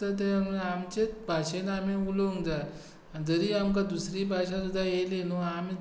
आमचेच भाशेन आमी उलोवंक जाय जरी आमकां दुसरी भाशा सुदा येयली न्हू आमी